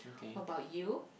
what about you